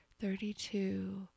thirty-two